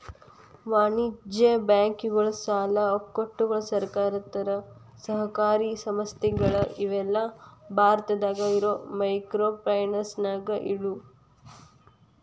ವಾಣಿಜ್ಯ ಬ್ಯಾಂಕುಗಳ ಸಾಲ ಒಕ್ಕೂಟಗಳ ಸರ್ಕಾರೇತರ ಸಹಕಾರಿ ಸಂಸ್ಥೆಗಳ ಇವೆಲ್ಲಾ ಭಾರತದಾಗ ಇರೋ ಮೈಕ್ರೋಫೈನಾನ್ಸ್ಗಳು